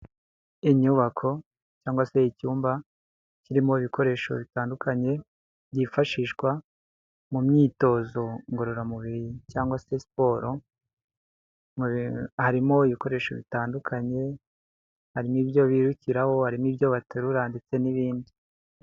Inyubako cyangwa se icyumba kirimo ibikoresho bitandukanye byifashishwa mu myitozo ngororamubiri cyangwa se siporo, harimo ibikoresho bitandukanye, harimo ibyo birukiraho, harimo ibyo baterura ndetse n'ibindi.